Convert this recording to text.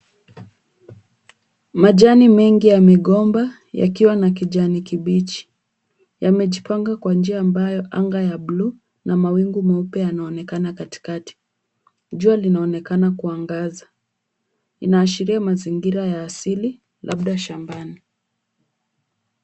Majani mengi ya migomba yakiwa na kijani kibichi yamejipanga kwa njia ambayo anga ya buluu na mawingu meupe yanaonekana katikati. Jua linaonekana kuangaza. Inaashiria mazingira ya asili labda shambani.